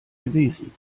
gewesen